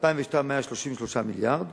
ב-2002 היה 33 מיליארד,